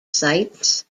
cites